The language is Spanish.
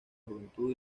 juventud